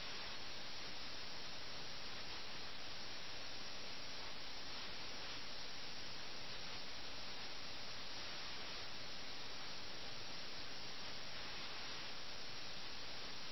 അവർ രാഷ്ട്രീയ ഇച്ഛാശക്തിയില്ലാത്തവരായി മാറിയിരുന്നു